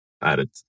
added